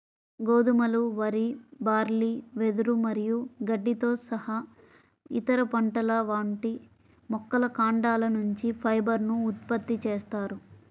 గోధుమలు, వరి, బార్లీ, వెదురు మరియు గడ్డితో సహా ఇతర పంటల వంటి మొక్కల కాండాల నుంచి ఫైబర్ ను ఉత్పత్తి చేస్తారు